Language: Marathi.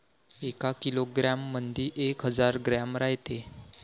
एका किलोग्रॅम मंधी एक हजार ग्रॅम रायते